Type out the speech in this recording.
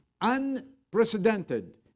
unprecedented